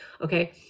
okay